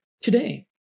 today